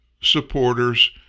supporters